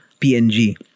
PNG